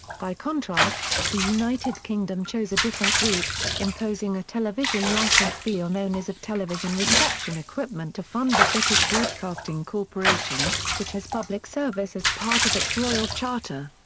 by contrast, the united kingdom chose a different route, imposing a television license fee on owners of television reception equipment to fund the british broadcasting corporation, which had public service as part of its royal charter.